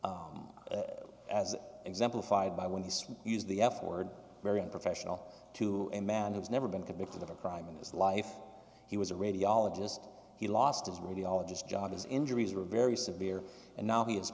as exemplified by when he said use the f word very unprofessional to a man who's never been convicted of a crime in his life he was a radiologist he lost his radiologist job his injuries were very severe and now he is